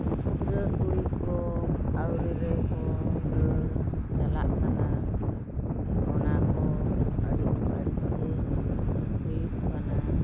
ᱜᱤᱫᱽᱨᱟᱹ ᱠᱩᱲᱤ ᱠᱚ ᱟᱹᱣᱨᱤ ᱨᱮᱠᱚ ᱫᱟᱹᱲ ᱪᱟᱞᱟᱜ ᱠᱟᱱᱟ ᱚᱱᱟ ᱠᱚ ᱟᱹᱰᱤ ᱵᱟᱹᱲᱤᱡ ᱜᱮ ᱦᱩᱭᱩᱜ ᱠᱟᱱᱟ